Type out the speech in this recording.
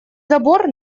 забор